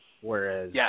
whereas